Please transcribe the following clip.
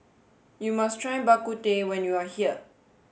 you must try Bak Kut Teh when you are here